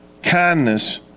Kindness